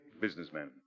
Businessman